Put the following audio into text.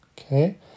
Okay